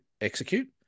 execute